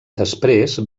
després